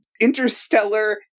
interstellar